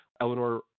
Eleanor